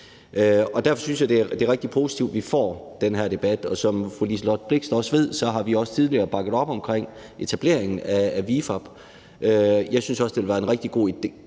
Derfor synes jeg, det er rigtig positivt, at vi får den her debat. Som fru Liselott Blixt også ved, har vi tidligere bakket op omkring etableringen af ViFAB. Jeg synes også, at det ville være en rigtig god idé